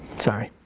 sorry.